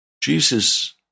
Jesus